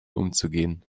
umzugehen